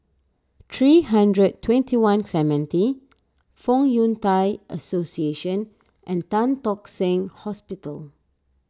three hundred twenty one Clementi Fong Yun Thai Association and Tan Tock Seng Hospital